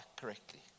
correctly